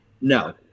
No